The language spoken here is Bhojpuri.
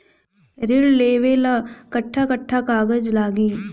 ऋण लेवेला कट्ठा कट्ठा कागज लागी?